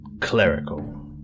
clerical